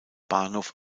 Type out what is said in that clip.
bahnhof